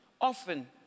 often